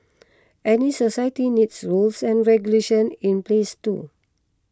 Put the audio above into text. any society needs rules and regulations in place too